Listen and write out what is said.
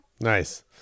nice